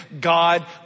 God